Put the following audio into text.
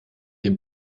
dem